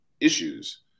issues